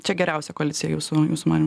čia geriausia koalicija jūsų jūsų manymu